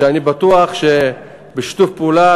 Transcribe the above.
אני בטוח שבשיתוף פעולה,